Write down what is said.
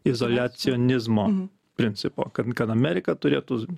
izoliacionizmo principo kad kad amerika turėtų